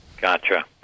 Gotcha